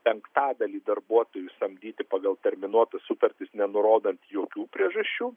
penktadalį darbuotojų samdyti pagal terminuotas sutartis nenurodant jokių priežasčių